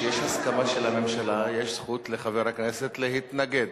כשיש הסכמה של הממשלה, יש זכות לחבר הכנסת להתנגד.